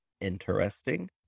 Interesting